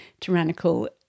tyrannical